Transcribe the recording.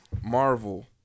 Marvel